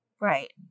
right